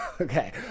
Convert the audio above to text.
Okay